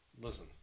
listen